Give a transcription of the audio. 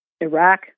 Iraq